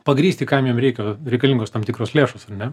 pagrįsti kam jam reikia reikalingos tam tikros lėšos ar ne